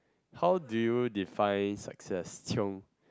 how do you define success Chiong